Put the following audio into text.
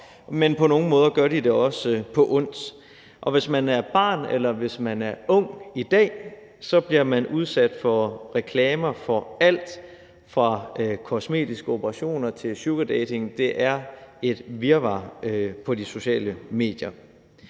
men på nogle måder gør de det også på ondt, og hvis man er barn eller ung i dag, bliver man udsat for reklamer for alt fra kosmetiske operationer til sugardating. Det er et virvar på de sociale medier.